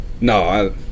No